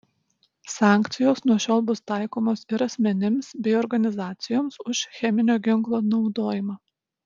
sankcijos nuo šiol bus taikomos ir asmenims bei organizacijoms už cheminio ginklo naudojimą